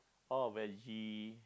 oh when he